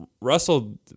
Russell